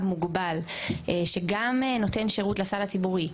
מוגבל שגם נותן שירות לסל הציבורי,